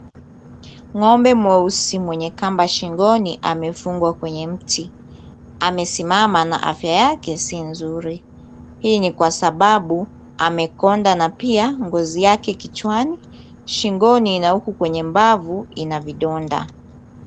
Ng'ombe mweusi mwenye kamba shingoni, amefungwa kwenye mti. Amesimama na afya yake si nzuri. Hii ni kwa sababu amekonda na pia ngozi yake kichwani, shingoni na huku kwenye mbavu ina vidonda.